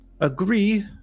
agree